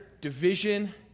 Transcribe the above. division